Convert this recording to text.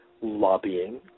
lobbying